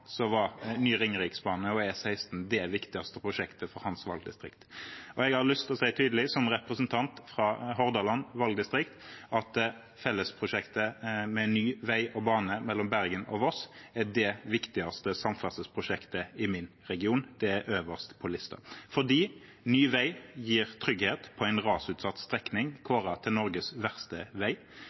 så også fra nye Vestland fylkeskommune. Representanten Masud Gharahkhani sa tidligere i debatten at for valgkretsen Buskerud og for ham var ny ringeriksbane og E16 det viktigste prosjektet for hans valgdistrikt. Og jeg har lyst til å si tydelig som representant fra Hordaland valgdistrikt at fellesprosjektet med ny vei og bane mellom Bergen og Voss er det viktigste samferdselsprosjektet i min region. Det er øverst på lista fordi ny vei gir trygghet på